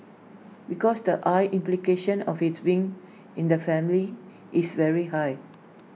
because the I implication of IT being in the family is very high